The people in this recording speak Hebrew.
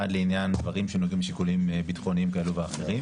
אחד לעניין דברים שנוגעים לשיקולים ביטחוניים כאלו ואחרים.